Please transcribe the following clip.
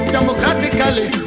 Democratically